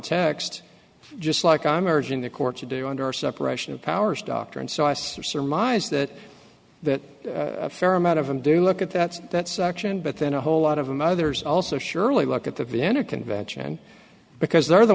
text just like i'm urging the court to do under our separation of powers doctrine so i surmise that that a fair amount of them do look at that that section but then a whole lot of them others also surely look at the vienna convention because they're the